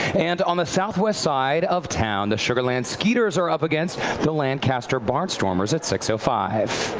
and on the southwest side of town, the sugar land skeeters are up against the lancaster barn stormers at six so five.